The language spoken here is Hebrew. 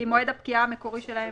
כי מועד הפקיעה המקורי שלהן,